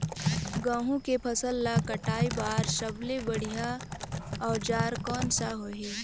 गहूं के फसल ला कटाई बार सबले बढ़िया औजार कोन सा होही?